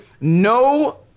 no